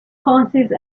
concise